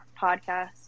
podcast